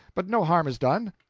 but no harm is done.